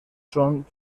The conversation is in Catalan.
són